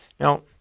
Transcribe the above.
Now